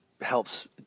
helps